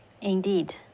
Indeed